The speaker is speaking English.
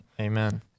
Amen